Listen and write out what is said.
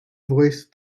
voice